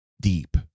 deep